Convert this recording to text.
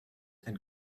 and